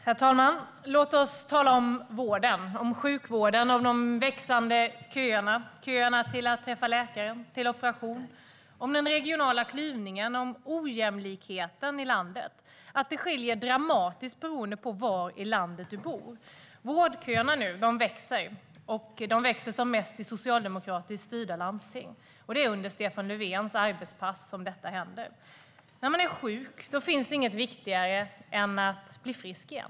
Herr talman! Låt oss tala om vården, om sjukvården och om de växande köerna! Det handlar om köerna för att träffa läkare och om köerna till operation. Det handlar om den regionala klyvningen och om ojämlikheten i landet. Det skiljer sig dramatiskt beroende på var i landet du bor. Vårdköerna växer. De växer som mest i socialdemokratiskt styrda landsting. Och det är under Stefan Löfvens arbetspass som detta händer. När man är sjuk finns det inget viktigare än att bli frisk igen.